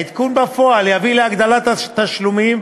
העדכון בפועל יביא להגדלת התשלומים,